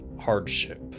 hardship